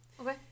Okay